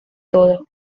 todo